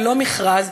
ללא מכרז,